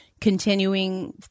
continuing